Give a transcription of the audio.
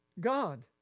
God